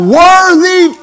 worthy